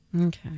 Okay